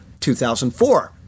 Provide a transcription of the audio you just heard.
2004